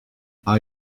are